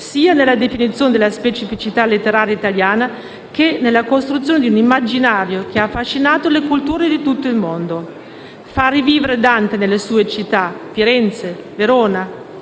sia nella definizione della specificità letteraria italiana che nella costruzione di un immaginario che ha affascinato le culture di tutto il mondo. Far rivivere Dante nelle sue città, Firenze, Verona